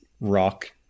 Rock